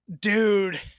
Dude